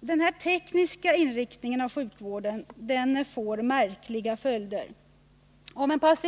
Denna tekniska inriktning av sjukvården får märkliga följder.